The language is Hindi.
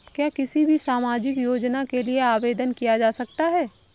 क्या किसी भी सामाजिक योजना के लिए आवेदन किया जा सकता है?